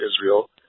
Israel